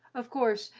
of course,